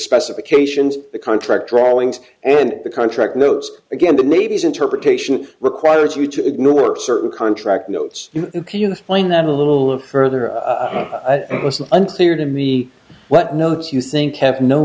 specifications the contract drawings and the contract notes again the maybes interpretation requires you to ignore certain contract notes you find that a little further until you are to me what notes you think have no